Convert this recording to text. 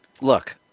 Look